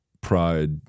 pride